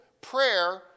prayer